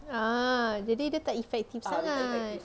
ah jadi dia tak effective sangat